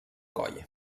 coll